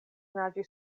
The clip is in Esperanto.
naĝi